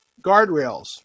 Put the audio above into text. guardrails